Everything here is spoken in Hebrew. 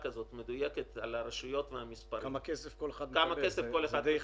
וחילקנו אותו לרשויות ממצב סוציו-אקונומי 1 עד 5. למה